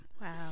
Wow